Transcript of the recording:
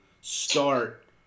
start